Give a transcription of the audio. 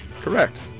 correct